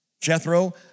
Jethro